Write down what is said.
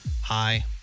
Hi